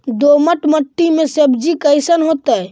दोमट मट्टी में सब्जी कैसन होतै?